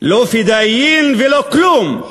לא "פדאיון" ולא כלום,